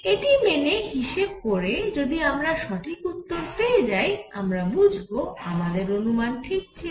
এটি মেনে হিসেব করে যদি আমরা সঠিক উত্তর পেয়ে যাই আমরা বুঝব আমাদের অনুমান ঠিক ছিল